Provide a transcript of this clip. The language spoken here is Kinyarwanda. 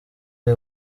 ari